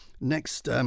Next